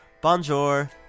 Bonjour